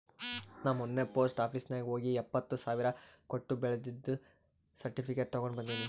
ನಾ ಮೊನ್ನೆ post office ನಾಗ್ ಹೋಗಿ ಎಪ್ಪತ್ ಸಾವಿರ್ ಕೊಟ್ಟು ಬೆಳ್ಳಿದು ಸರ್ಟಿಫಿಕೇಟ್ ತಗೊಂಡ್ ಬಂದಿನಿ